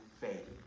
faith